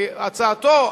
והצעתו,